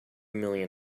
million